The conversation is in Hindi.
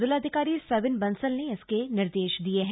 जिलाधिकारी सविन बसंल ने इसके निर्देश दिये हैं